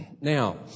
Now